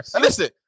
Listen